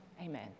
Amen